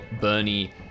Bernie